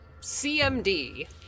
CMD